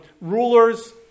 rulers